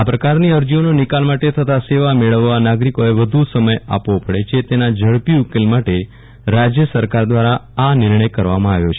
આ પ્રકારની અરજીઓનો નિકાલ માટે તથા સેવા મેળવવા નાગરિકોએ વધુ સમય આપવો પડે છે તેના ઝડપી ઉકેલ માટે રાજય સરકાર દ્રારા આ નિર્ણય કરવામાં આવ્યો છે